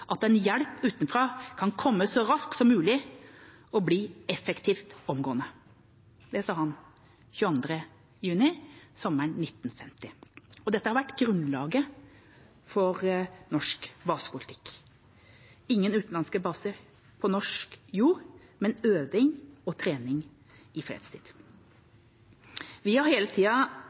at en hjelp utefra kan komme så raskt som mulig og bli effektiv omgående.» Det sa han 22. juni, sommeren 1950, og dette har vært grunnlaget for norsk basepolitikk: ingen utenlandske baser på norsk jord, men øving og trening i fredstid. Vi har hele tida